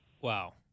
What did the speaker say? Wow